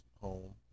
home